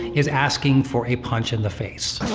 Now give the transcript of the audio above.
is asking for a punch in the face.